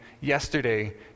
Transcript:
yesterday